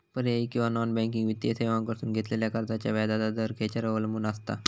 पर्यायी किंवा non banking वित्तीय सेवांकडसून घेतलेल्या कर्जाचो व्याजाचा दर खेच्यार अवलंबून आसता?